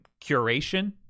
curation